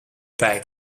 back